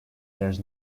there’s